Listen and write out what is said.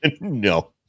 no